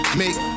make